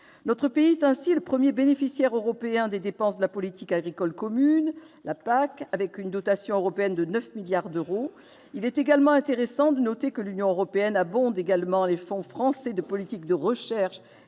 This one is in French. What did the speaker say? Notre pays est ainsi le premier bénéficiaire européen des dépenses de la politique agricole commune, avec une dotation européenne de 9 milliards d'euros. Il est également intéressant de noter que l'Union européenne abonde également les fonds français de politique de recherche